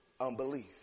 unbelief